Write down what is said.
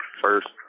first